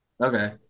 Okay